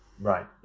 right